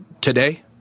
today